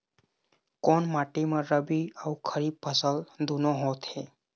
कोन माटी म रबी अऊ खरीफ फसल दूनों होत हे?